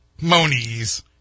Monies